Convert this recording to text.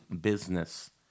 Business